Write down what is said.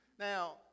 Now